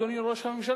אדוני ראש הממשלה,